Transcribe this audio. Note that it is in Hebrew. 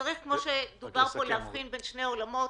כמו שדובר פה, צריך להבחין בין שני עולמות.